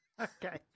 okay